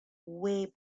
way